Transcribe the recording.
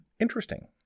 interesting